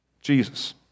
Jesus